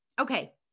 Okay